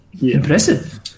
impressive